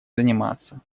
заниматься